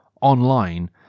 online